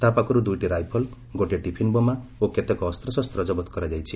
ତା' ପାଖରୁ ଦୁଇଟି ରାଇଫଲ ଗୋଟିଏ ଟିଫିନ୍ ବମ୍ ଓ କେତେକ ଅସ୍ତ୍ରଶସ୍ତ ଜବତ କରାଯାଇଛି